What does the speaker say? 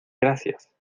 gracias